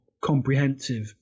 comprehensive